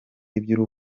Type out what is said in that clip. iby’uru